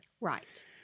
Right